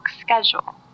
schedule